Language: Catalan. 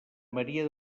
maria